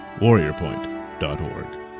warriorpoint.org